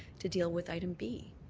to deal with item b.